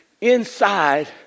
inside